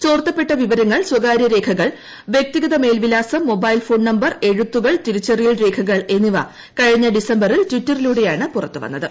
ചോർത്തപ്പെട്ട വിവരങ്ങൾ സ്വകാര്യ രേഖകൾ വ്യക്തി ഗത മേൽവിലാസം മൊബൈൽ ഫോൺ നമ്പർ തിരിച്ചറിയൽ രേഖകൾ എന്നിവ കഴിഞ്ഞ എഴുത്തുകൾ ഡിസംബറിൽ ട്വിറ്ററിലൂടെയാണ് പുറത്തുവന്നത്